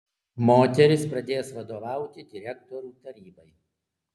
moteris pradės vadovauti direktorių tarybai